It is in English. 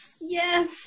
Yes